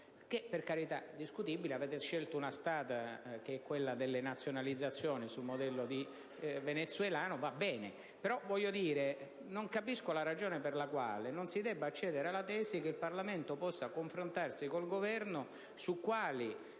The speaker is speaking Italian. per carità: avete scelto una strada che è quella delle nazionalizzazioni sul modello venezuelano; va bene. Non capisco però la ragione per la quale non si debba accedere alla tesi che il Parlamento possa confrontarsi con il Governo su quali